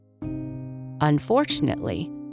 Unfortunately